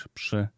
przy